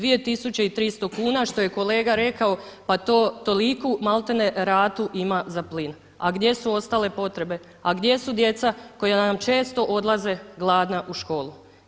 2300 kuna što je kolega rekao pa toliku maltene ratu ima za plin, a gdje su ostale potrebe, a gdje su djeca koja nam često odlaze gladna u školu.